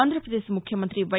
ఆంధ్రప్రదేశ్ ముఖ్యమంత్రి వై